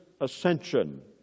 ascension